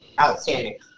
outstanding